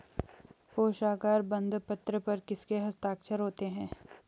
कोशागार बंदपत्र पर किसके हस्ताक्षर होते हैं?